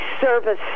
service